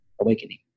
awakening